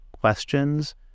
questions